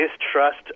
distrust